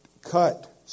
cut